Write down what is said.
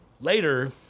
later